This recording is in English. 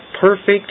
perfect